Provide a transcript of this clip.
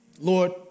Lord